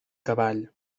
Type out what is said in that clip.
cavall